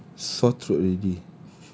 I got sore throat already